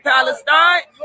Palestine